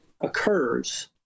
occurs